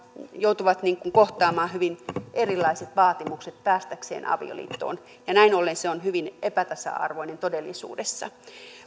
joutuvat kohtaamaan hyvin erilaiset vaatimukset päästäkseen avioliittoon ja näin ollen se on hyvin epätasa arvoinen todellisuudessa